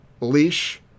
leash